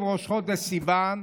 ערב ראש חודש סיוון,